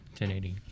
1080